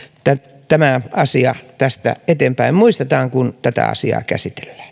tämä asia tästä eteenpäin muistetaan kun tätä asiaa käsitellään